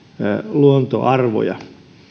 luontoarvoja